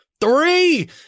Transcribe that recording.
three